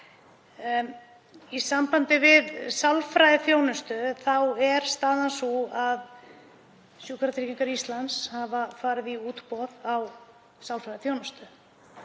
Í sambandi við sálfræðiþjónustu er staðan sú að Sjúkratryggingar Íslands hafa farið í útboð á sálfræðiþjónustu.